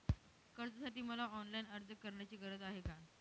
कर्जासाठी मला ऑनलाईन अर्ज करण्याची गरज आहे का?